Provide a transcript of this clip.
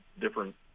different